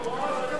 33 בעד,